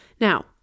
Now